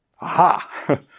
Aha